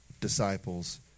disciples